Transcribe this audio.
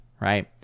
right